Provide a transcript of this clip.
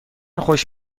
خوش